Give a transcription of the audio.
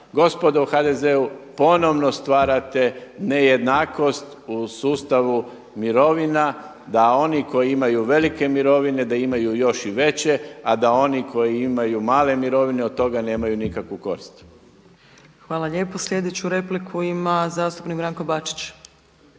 Gospodo u HDZ-u ponovno stvarate nejednakost u sustavu mirovina da oni koji imaju velike mirovine da imaju još i veće, a da oni imaju male mirovine od toga nemaju nikakvu korist. **Opačić, Milanka (SDP)** Hvala lijepo. Sljedeću repliku ima zastupnik Branko Bačić.